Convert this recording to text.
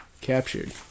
captured